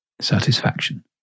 Satisfaction